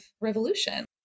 revolution